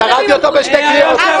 וואו.